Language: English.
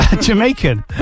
Jamaican